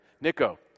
Nico